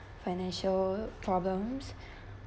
financial problems